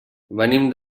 venim